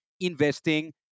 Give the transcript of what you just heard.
investing